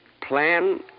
Plan